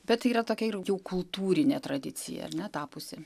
bet tai yra tokia ir jau kultūrinė tradicija ar ne tapusi